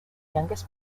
youngest